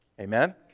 Amen